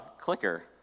clicker